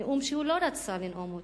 נאום שהוא לא רצה לנאום אותו,